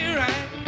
right